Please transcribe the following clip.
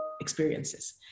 experiences